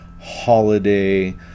holiday